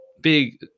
big